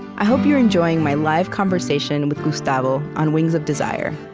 i hope you're enjoying my live conversation with gustavo on wings of desire.